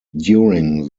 during